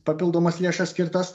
papildomas lėšas skirtas